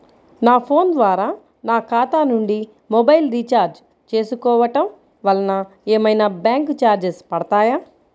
నా ఫోన్ ద్వారా నా ఖాతా నుండి మొబైల్ రీఛార్జ్ చేసుకోవటం వలన ఏమైనా బ్యాంకు చార్జెస్ పడతాయా?